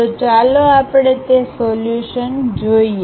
તો ચાલો આપણે તે સોલ્યુશન જોઈએ